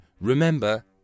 remember